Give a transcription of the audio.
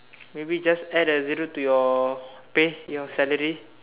maybe just add a zero to your pay your salary